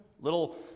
little